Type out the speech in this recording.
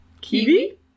kiwi